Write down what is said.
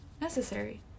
necessary